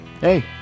hey